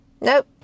Nope